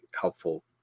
helpful